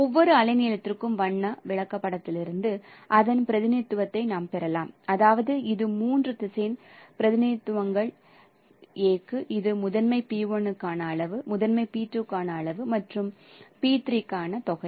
ஒவ்வொரு அலைநீளத்திற்கும் வண்ண விளக்கப்படத்திலிருந்து அதன் பிரதிநிதித்துவத்தை நாம் பெறலாம் அதாவது இது மூன்று திசையன் பிரதிநிதித்துவங்கள் a க்கு இது முதன்மை p1 க்கான அளவு முதன்மை p2 க்கான அளவு மற்றும் முதன்மை p3 க்கான தொகை